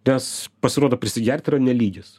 nes pasirodo prisigerti yra ne lygis